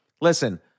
listen